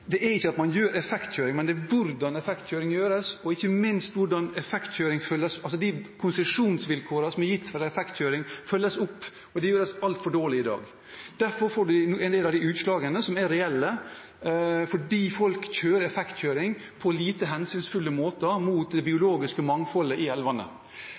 ikke om man gjør effektkjøring, men hvordan effektkjøring gjøres, og ikke minst hvordan konsesjonsvilkårene som er gitt for effektiv kjøring, følges opp. Det gjøres altfor dårlig i dag. Derfor får man en del av de utslagene, som er reelle, fordi folk gjør effektkjøring på en lite hensynsfull måte overfor det biologiske mangfoldet i elvene.